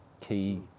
key